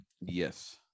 yes